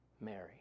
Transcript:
Mary